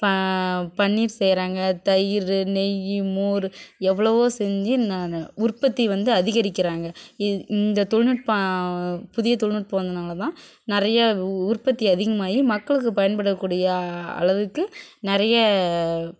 ப பன்னீர் செய்கிறாங்க தயிர் நெய் மோர் எவ்வளோவோ செஞ்சு நானும் உற்பத்தி வந்து அதிகரிக்கின்றாங்க இது இந்த தொழில்நுட்பம் புதிய தொழில்நுட்பம் வந்ததுனால் தான் நிறைய உ உற்பத்தி அதிகமாகி மக்களுக்கு பயன்படக்கூடிய அளவுக்கு நிறைய